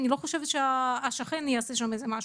אני לא חושבת שהשכן יעשה שם משהו,